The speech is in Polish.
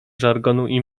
żargonu